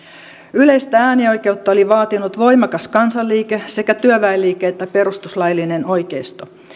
yleistä äänioikeutta oli vaatinut voimakas kansanliike sekä työväenliike että perustuslaillinen oikeisto